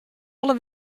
alle